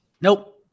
Nope